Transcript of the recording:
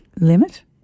limit